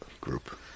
group